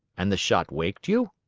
and the shot waked you?